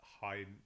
high